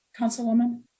councilwoman